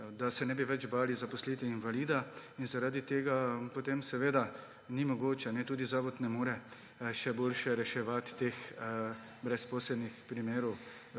da se ne bi več bali zaposliti invalida in zaradi tega potem seveda tudi zavod ne more še boljše reševati teh brezposelnih primerov,